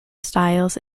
styles